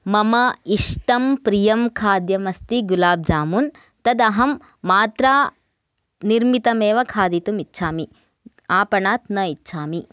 मम इष्टं प्रियं खाद्यमस्ति गुलाब् जामुन् तदहं मात्रा निर्मितमेव खादितुमिच्छामि आपणात् न इच्छामि